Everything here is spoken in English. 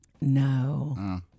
No